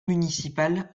municipal